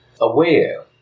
aware